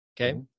okay